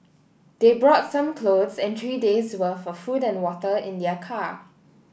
they brought some clothes and three days' worth of food and water in their car